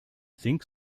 think